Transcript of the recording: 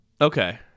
Okay